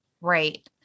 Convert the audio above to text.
right